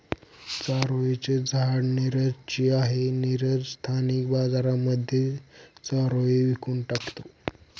चारोळी चे झाड नीरज ची आहे, नीरज स्थानिक बाजारांमध्ये चारोळी विकून टाकतो